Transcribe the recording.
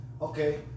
Okay